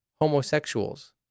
homosexuals